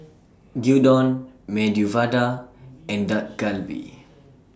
Gyudon Medu Vada and Dak Galbi